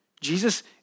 Jesus